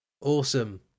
Awesome